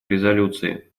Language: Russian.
резолюции